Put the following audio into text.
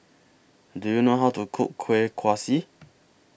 Do YOU know How to Cook Kueh Kaswi